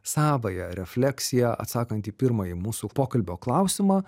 savąją refleksiją atsakant į pirmąjį mūsų pokalbio klausimą